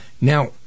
Now